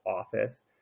office